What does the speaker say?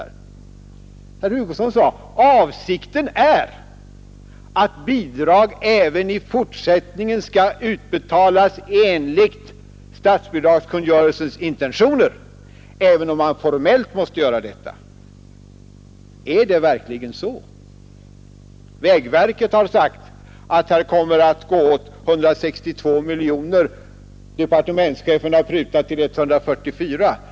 Herr Hugosson sade: Avsikten är att bidrag även i fortsättningen skall utbetalas enligt statsbidragskungörelsens intentioner, även om man formellt måste göra denna ändring. Är det verkligen så? Vägverket har sagt att det kommer att gå åt 162 miljoner. Departementschefen har prutat till 144 miljoner.